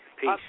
Peace